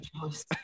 choice